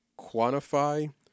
quantify